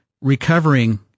recovering